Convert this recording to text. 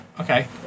Okay